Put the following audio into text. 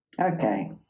Okay